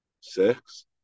six